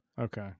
Okay